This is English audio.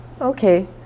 Okay